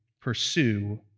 pursue